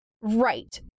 right